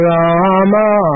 Rama